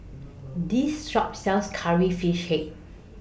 This Shop sells Curry Fish Head